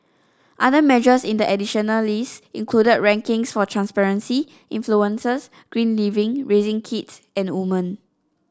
other measures in the additional list included rankings for transparency influences green living raising kids and woman